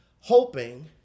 hoping